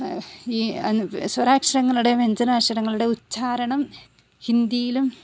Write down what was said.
ഈ സ്വരാക്ഷരങ്ങളുടെ വ്യഞ്ജനാക്ഷരങ്ങളുടെ ഉച്ചാരണം ഹിന്ദിയിലും